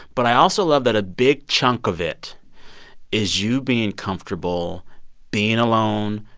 but i also love that a big chunk of it is you being comfortable being alone,